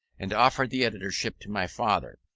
and offered the editorship to my father,